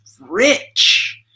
rich